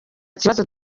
kibazo